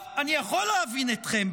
טוב, אני יכול להבין אתכם.